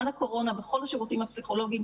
הקורונה בכל השירותים הפסיכולוגים.